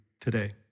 today